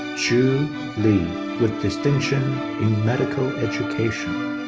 joo lee with distinction in medical education.